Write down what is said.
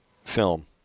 film